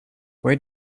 where